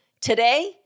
Today